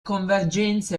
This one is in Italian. convergenza